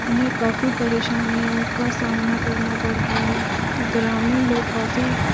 उन्हे काफ़ी परेशानियों का सामना करना पड़ता है ग्रामीण लोग काफ़ी